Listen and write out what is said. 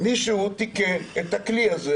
מישהו תיקן את הכלי הזה